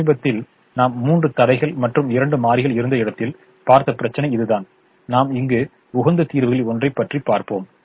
சமீபத்தில் நாம் மூன்று தடைகள் மற்றும் இரண்டு மாறிகள் இருந்த இடத்தில் பார்த்த பிரச்சினை இதுதான் நாம் இங்கு உகந்த தீர்வுகளில் ஒன்றைக் பார்ப்போம்